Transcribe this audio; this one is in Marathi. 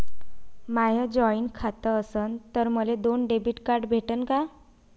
माय जॉईंट खातं असन तर मले दोन डेबिट कार्ड भेटन का?